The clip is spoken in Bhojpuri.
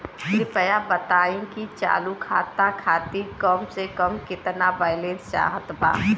कृपया बताई कि चालू खाता खातिर कम से कम केतना बैलैंस चाहत बा